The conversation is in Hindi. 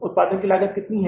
उत्पादन की लागत कितनी है